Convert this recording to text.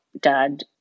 Dad